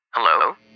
Hello